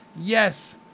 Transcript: Yes